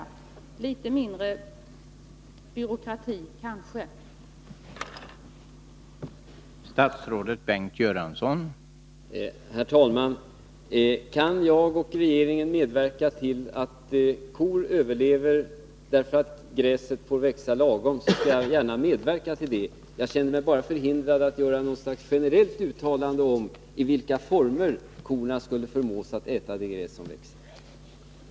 Kanske vore det bra med litet mindre av